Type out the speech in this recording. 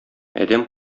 адәм